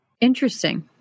Interesting